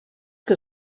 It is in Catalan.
que